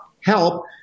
help